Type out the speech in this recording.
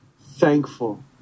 thankful